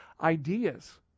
ideas